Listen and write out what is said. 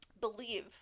believe